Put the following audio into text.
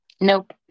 Nope